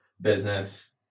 business